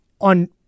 on